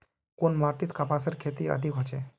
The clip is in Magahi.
कुन माटित कपासेर खेती अधिक होचे?